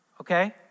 okay